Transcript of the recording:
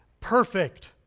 perfect